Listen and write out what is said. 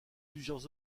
plusieurs